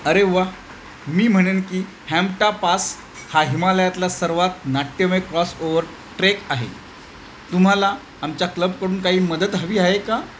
अरे वा मी म्हणेन की हॅम्टापास हा हिमालयातला सर्वात नाट्यमय क्रॉसओवर ट्रेक आहे तुम्हाला आमच्या क्लबकडून काही मदत हवी आहे का